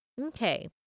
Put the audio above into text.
Okay